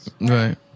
Right